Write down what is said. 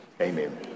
Amen